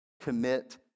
Commit